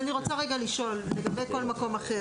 אני רוצה לשאול לגבי "כל מקום אחר"